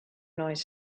noise